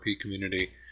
community